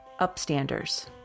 Upstanders